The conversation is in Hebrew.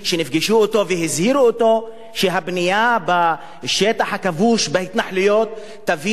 והזהירו אותו שהבנייה בשטח הכבוש בהתנחלויות תביא להתפוצצות,